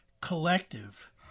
collective